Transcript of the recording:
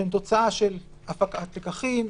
שהן תוצאה של הפקת לקחים,